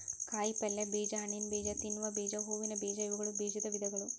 ಕಾಯಿಪಲ್ಯ ಬೇಜ, ಹಣ್ಣಿನಬೇಜ, ತಿನ್ನುವ ಬೇಜ, ಹೂವಿನ ಬೇಜ ಇವುಗಳು ಬೇಜದ ವಿಧಗಳು